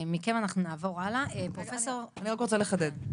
מכם אנחנו נעבור הלאה -- רגע, אני רק רוצה לחדד.